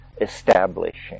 establishing